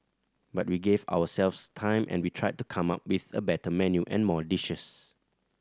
but we gave ourselves time and we tried to come up with a better menu and more dishes